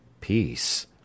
peace